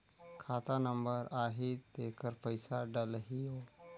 खाता नंबर आही तेकर पइसा डलहीओ?